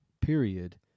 period